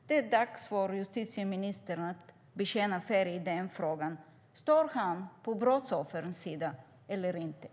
Det är dags för justitieministern att bekänna färg i den frågan. Står han på brottsoffrens sida eller inte?